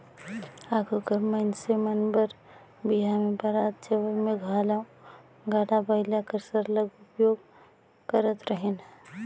आघु कर मइनसे मन बर बिहा में बरात जवई में घलो गाड़ा बइला कर सरलग उपयोग करत रहिन